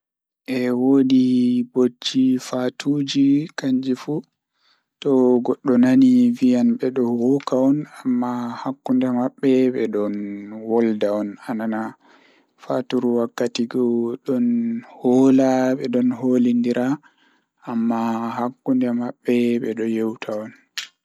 Mbaɗɓe ɓe njifti jaɓɓude e ɗooɓe kadi. ɓe waawi jibbine e hoore fittaare, pawii e ñiiɓe, ko waawde heɓɓude waawaaji e pawii. Mbaɗɓe waawi jaɓɓude fowru e njangol njifti kadi.